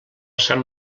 sant